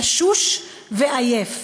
תשוש ועייף.